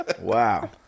Wow